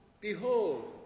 Behold